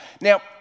Now